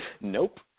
Nope